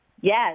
Yes